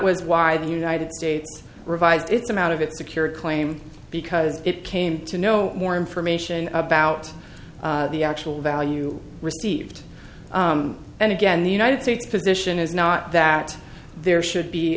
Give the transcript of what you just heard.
was why the united states revised its amount of its secure claim because it came to know more information about the actual value received and again the united states position is not that there should be